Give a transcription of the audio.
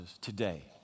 Today